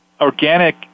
Organic